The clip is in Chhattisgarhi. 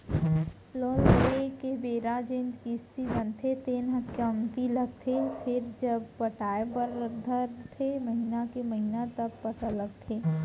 लोन लेए के बेरा जेन किस्ती बनथे तेन ह कमती लागथे फेरजब पटाय बर धरथे महिना के महिना तब पता लगथे